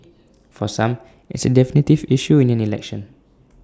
for some it's A definitive issue in an election